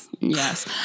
Yes